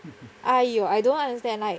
!aiyo! I don't understand like